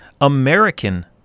American